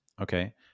Okay